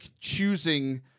choosing